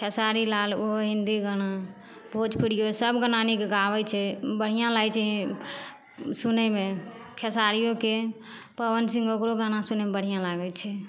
खेसारी लाल ओहो हिन्दी गाना भोजपुरिओ सब गाना नीक गाबै छै बढ़िआँ लागै छै सुनैमे खेसारियोके पवन सिंह ओकरो गाना सुनैमे बढ़िआँ लागै छै